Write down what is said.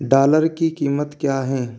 dollar की कीमत क्या है